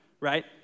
right